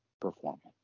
performance